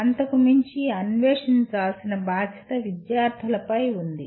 అంతకు మించి అన్వేషించాల్సిన బాధ్యత విద్యార్థులపై ఉంది